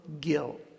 guilt